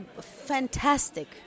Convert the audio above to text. fantastic